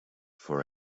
for